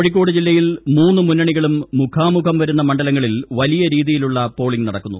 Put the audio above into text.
കോഴിക്കോട് ജില്ലയിൽ മൂന്ന് മുന്നണികളും മുഖാമുഖം വരുന്ന മണ്ഡലങ്ങളിൽ വലിയ രീതിയിലുള്ള പോളിംഗ് നടക്കുന്നു